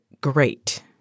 great